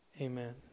Amen